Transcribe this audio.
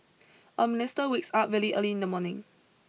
a minister wakes up really early in the morning